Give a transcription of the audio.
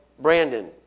Brandon